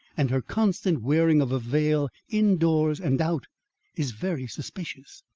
and her constant wearing of a veil in-doors and out is very suspicious.